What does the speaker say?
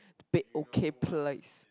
a bit okay place